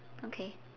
okay